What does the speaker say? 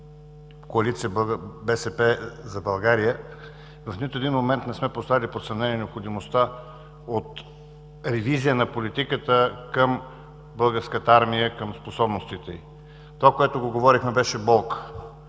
коалиция „БСП за България“ в нито един момент не сме поставяли под съмнение необходимостта от ревизия на политиката към Българската армия, към способностите й. Това, което го говорехме, беше болка,